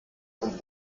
und